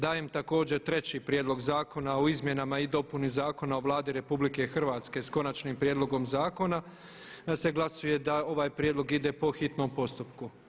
Dajem također treći Prijedlog zakona o izmjenama i dopuni Zakona o Vladi RH, s Konačnim prijedlogom zakona, da se glasuje da ovaj prijedlog ide po hitnom postupku.